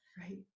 right